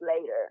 later